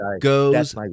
goes